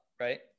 right